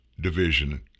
division